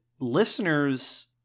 listeners